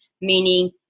meaning